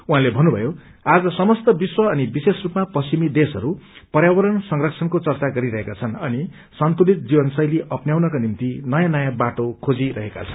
उहाँले भन्नुभयो आज समस्त विश्व अनि विशेष स्पमा पश्चिमी देशहरू पर्यावरण संरक्षणको चर्चा गरीरहेका छन् अनि सन्तुलित जीवनशैली अप्न्याउनका निम्ति नयाँ नयाँ बाटो खोजी रहेका छन्